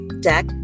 deck